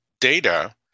data